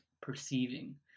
perceiving